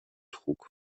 trug